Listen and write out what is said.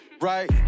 right